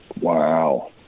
Wow